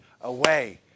away